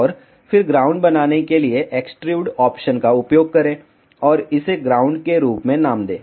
और फिर ग्राउंड बनाने के लिए एक्सट्रूड ऑप्शन का उपयोग करें और इसे ग्राउंड के रूप में नाम दें